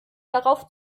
darauf